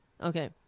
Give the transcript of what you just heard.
Okay